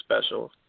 special